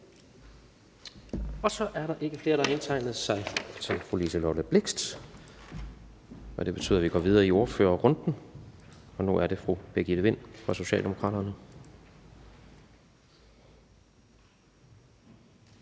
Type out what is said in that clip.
Så er der ikke flere, der har indtegnet sig til fru Liselott Blixt. Det betyder, at vi går videre i ordførerrækken, og det er så nu fru Birgitte Vind fra Socialdemokraterne.